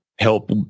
help